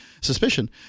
suspicion